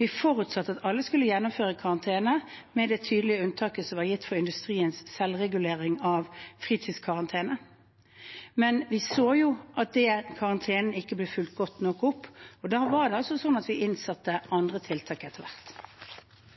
Vi forutsatte at alle skulle gjennomføre karantene, med det tydelige unntaket som var gitt for industriens selvregulering av fritidskarantene. Men vi så at karantenen ikke ble fulgt godt nok opp. Da satte vi etter hvert inn andre tiltak. Kommentarrunden er dermed avsluttet. Presidenten vil foreslå at